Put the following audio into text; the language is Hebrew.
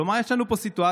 כלומר, יש לנו פה סיטואציה